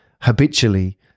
habitually